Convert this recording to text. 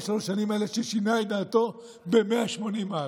ששינה את דעתו ב-180 מעלות?